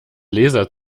laser